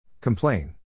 Complain